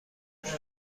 امروز